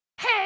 Hey